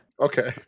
okay